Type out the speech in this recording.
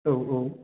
औ औ